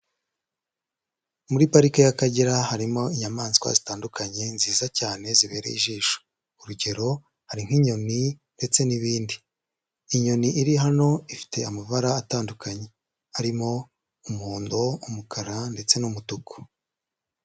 Muri Parike y'Akagera harimo inyamaswa zitandukanye nziza cyane zibereye ijisho. Urugero: hari nk'inyoni ndetse n'ibindi. Inyoni iri hano ifite amabara atandukanye. Harimo: umuhondo, umukara ndetse n'umutuku.